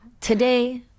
Today